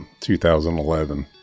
2011